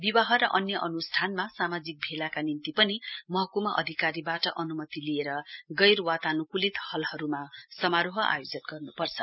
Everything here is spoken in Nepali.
विवाह र अन्य अन्ष्ठानमा सामाजिक भेलाका निम्ति पनि महकुमा अधिकारीवाट अनुमति लिएर गैर वातानुकुलित हलहरुमा समारोह आयोजन गर्नुपर्छ